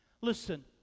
listen